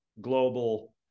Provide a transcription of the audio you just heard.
global